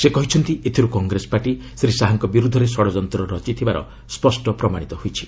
ସେ କହିଛନ୍ତି ଏଥିରୁ କଂଗ୍ରେସ ପାର୍ଟି ଶ୍ରୀ ଶାହାଙ୍କ ବିର୍ଦ୍ଧରେ ଷଡଯନ୍ତ ରଚି ଥିବାର ସ୍ୱଷ୍ଟ ପ୍ରମାଣିତ ହୋଇଛି